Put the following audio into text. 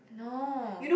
no